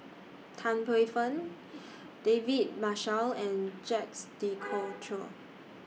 Tan Paey Fern David Marshall and Jacques De Coutre